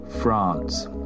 France